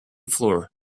floor